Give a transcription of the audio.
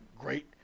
great